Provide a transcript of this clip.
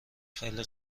خیلی